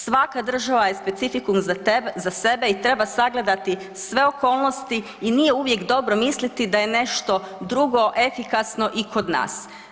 Svaka država je specifikum za sebe i treba sagledati sve okolnosti i nije uvijek dobro misliti da je nešto drugo efikasno i kod nas.